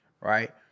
right